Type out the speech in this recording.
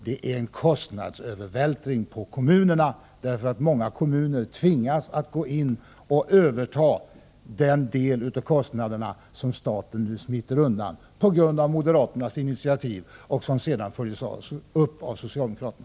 Det är en kostnadsövervältring till kommunerna, därför att många kommuner tvingas gå in och överta den del av kostnaderna som staten smiter undan, genom moderaternas initiativ som har följts upp av socialdemokraterna.